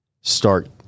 start